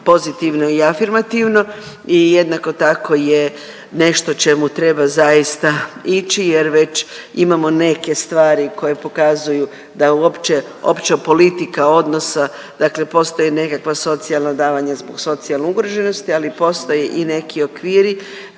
pozitivno i afirmativno i jednako tako je nešto čemu treba zaista ići jer već imamo neke stvari koje pokazuju da uopće opća politika odnosa dakle postoje nekakva socijalna davanja zbog socijalne ugroženosti, ali postoje i neki okviri